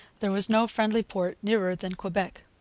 there was no friendly port nearer than quebec.